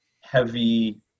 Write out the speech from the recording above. heavy